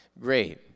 great